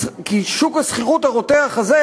כי שוק השכירות הרותח הזה,